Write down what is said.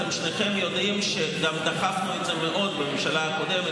אתם שניכם יודעים שגם דחפנו את זה מאוד בממשלה הקודמת,